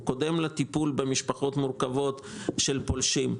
הוא קודם לפינוי של משפחות מורכבות של פולשים.